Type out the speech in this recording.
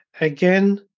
Again